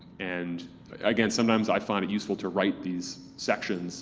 and again, sometimes i find it useful to write these sections